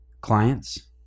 clients